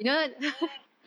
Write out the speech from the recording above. !wah!